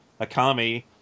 Akami